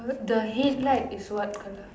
the head light is what colour